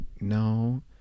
no